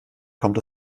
kommt